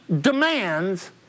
demands